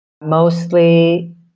mostly